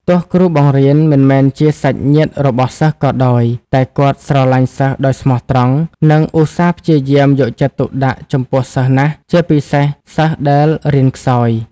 ទោះគ្រូបង្រៀនមិនមែនជាសាច់ញាតិរបស់សិស្សក៏ដោយ តែគាត់ស្រឡាញ់សិស្សដោយស្មោះត្រង់ និងឧស្សាហ៍ព្យាយាមយកចិត្តទុកដាក់ចំពោះសិស្សណាស់ ជាពិសេសសិស្សដែលរៀនខ្សោយ។